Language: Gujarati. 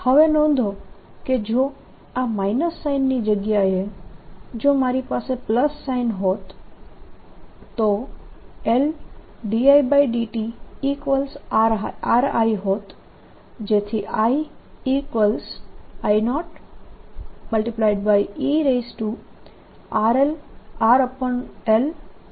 હવે નોંધો કે જો આ માઇનસ સાઈનની જગ્યાએ જો મારી પાસે પ્લસ સાઈન હોત તો LdIdtR I હોત જેથી II0e RLt મળત